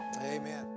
Amen